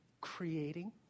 creating